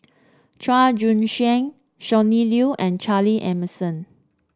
Chua Joon Siang Sonny Liew and Charle Emmerson